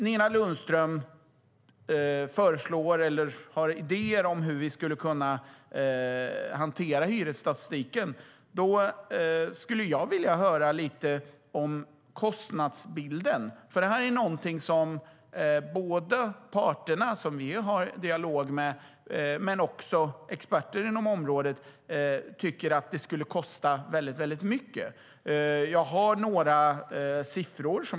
Nina Lundström har idéer om hur vi skulle kunna hantera hyresstatistiken. Jag skulle vilja höra lite om kostnadsbilden. Både parterna, som vi ju har dialog med, och experter inom området tycker att det skulle kosta väldigt mycket.